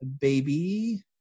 baby